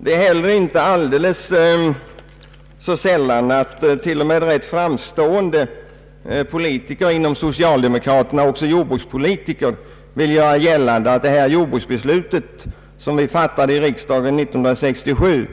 Det händer vidare inte så sällan att t.o.m. rätt framstående socialdemokratiska politiker — även jordbrukspolitiker — vill göra gällande att det jordbruksbeslut som riksdagen fattade 1967